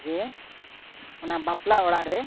ᱡᱮ ᱚᱱᱟ ᱵᱟᱯᱞᱟ ᱚᱲᱟᱜ ᱨᱮ